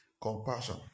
compassion